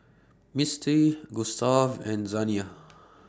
Mistie Gustav and Zaniyah